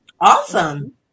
Awesome